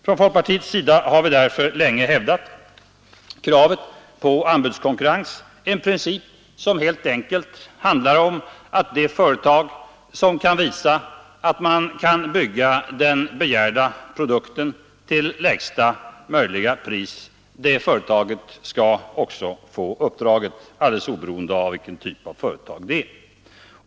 Från folkpartiets sida har vi därför länge hävdat kravet på anbudskonkurrens, en princip som helt enkelt handlar om att det företag som visar att det kan bygga den begärda produkten till lägsta möjliga pris också skall få uppdraget, oberoende av vilken typ av företag det är.